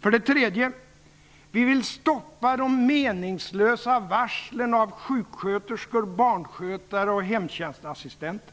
3. Vi vill stoppa de meningslösa varslen av sjuksköterskor, barnskötare och hemtjänstassistenter.